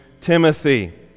Timothy